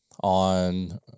on